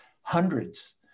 hundreds